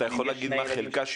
כשיש יותר ילדים